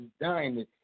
dying